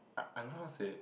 I I don't know how to say